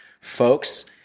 folks